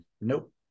nope